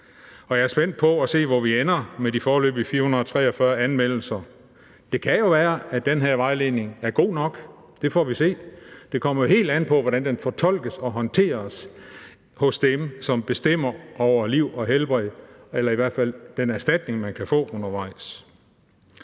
jeg er spændt på at se, hvor vi ender med de foreløbig 443 anmeldelser. Det kan jo være, at den her vejledning er god nok. Det får vi se. Det kommer helt an på, hvordan den fortolkes og håndteres hos dem, som bestemmer over liv og helbred – eller i hvert fald den erstatning, man kan få undervejs.